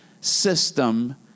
system